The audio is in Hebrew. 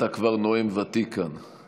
אתה כבר נואם ותיק כאן.